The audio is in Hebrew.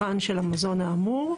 נמנע?